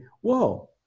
Whoa